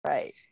right